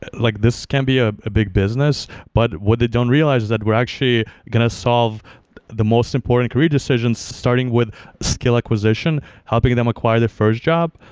and like this can't be a ah big business. but what they don't realize is that we're actually going to solve the most important career decisions starting with skill acquisition. helping them acquire their first job.